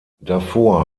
davor